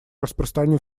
распространю